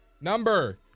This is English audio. Number